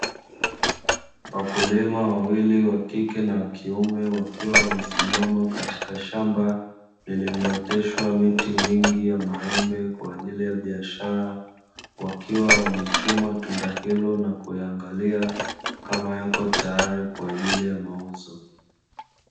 Wakulima wawili (wa kike na wa kiume) wakiwa wamesimama katika shamba lililooteshwa miti mingi ya maembe kwa ajili ya biashara, wakiwa wamechuma tunda hilo na kuyaangalia kama yako tayari kwa ajili ya mauzo.